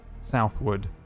southward